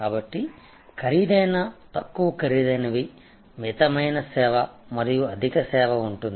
కాబట్టి ఖరీదైన తక్కువ ఖరీదైనవి మితమైన సేవ మరియు అధిక సేవ ఉంటుంది